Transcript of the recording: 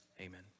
Amen